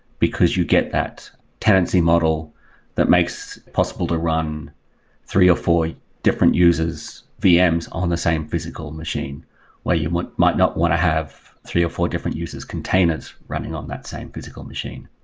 because you get that tenancy model that makes possible to run three or four different users, vms on the same physical machine where you might not want to have three or four different users, containers, running on that same physical machine.